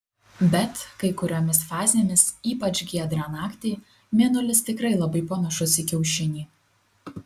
bet kai kuriomis fazėmis ypač giedrą naktį mėnulis tikrai labai panašus į kiaušinį